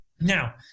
Now